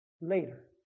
later